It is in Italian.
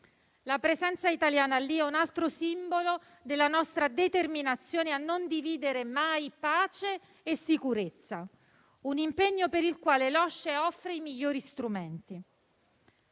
La presenza italiana lì è un altro simbolo della nostra determinazione a non dividere mai pace e sicurezza; un impegno per il quale l'OSCE offre i migliori strumenti.